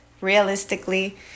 Realistically